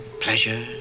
pleasure